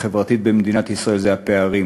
החברתית במדינת ישראל זה הפערים,